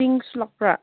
pinks ꯂꯥꯛꯄ꯭ꯔꯥ